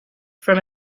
from